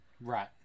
Right